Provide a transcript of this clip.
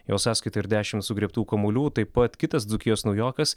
jo sąskaitoje ir dešimt sugriebtų kamuolių taip pat kitas dzūkijos naujokas